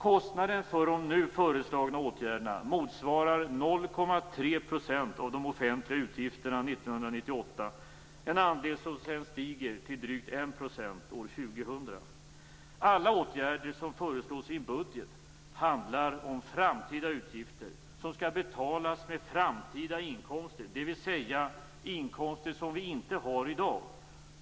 Kostnaderna för de nu föreslagna åtgärderna motsvarar 0,3 % av de offentliga utgifterna 1998, en andel som sedan stiger till drygt 1 % år 2000. Alla åtgärder som föreslås i en budget handlar om framtida utgifter som skall betalas med framtida inkomster, dvs. inkomster som vi inte har i dag.